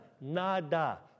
nada